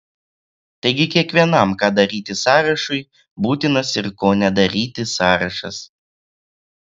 taigi kiekvienam ką daryti sąrašui būtinas ir ko nedaryti sąrašas